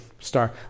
star